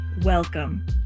Welcome